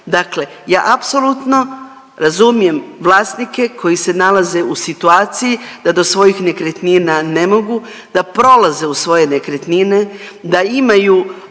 Dakle, ja apsolutno razumijem vlasnike koji se nalaze u situaciji da do svojih nekretnina ne mogu, da prolaze uz svoje nekretnine, da imaju